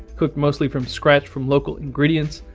cooked mostly from scratch from local ingredients,